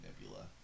Nebula